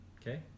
Okay